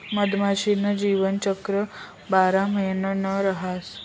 मधमाशी न जीवनचक्र बारा महिना न रहास